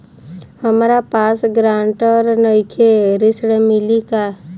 हमरा पास ग्रांटर नईखे ऋण मिली का?